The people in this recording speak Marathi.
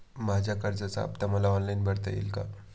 माझ्या कर्जाचा हफ्ता मला ऑनलाईन भरता येईल का?